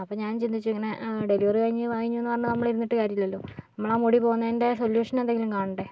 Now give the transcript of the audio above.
അപ്പോൾ ഞാൻ ചിന്തിച്ചു ഇങ്ങനെ ഡെലിവറി കഴിഞ്ഞുവെന്ന് പറഞ്ഞ് നമ്മള് ഇരുന്നിട്ട് കാര്യമില്ലല്ലോ നമ്മളാ മുടി പോവുന്നതിൻ്റെ സൊല്യൂഷനെന്തെങ്കിലും കാണണ്ടേ